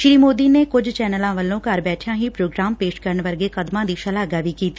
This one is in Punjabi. ਸ੍ਰੀ ਸੋਦੀ ਨੇ ਕੁਝ ਚੈਨਲਾਂ ਵੱਲੋਂ ਘਰ ਬੈਠਿਆ ਹੀ ਪ੍ਰੋਗਰਾਮ ਪੇਸ਼ ਕਰਨ ਵਰਗੇ ਕਦਮਾਂ ਦੀ ਸ਼ਲਾਘਾ ਵੀ ਕੀਡੀ